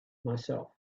myself